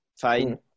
fine